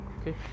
okay